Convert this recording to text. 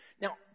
Now